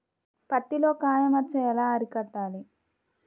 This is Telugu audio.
పత్తిలో కాయ మచ్చ ఎలా అరికట్టాలి?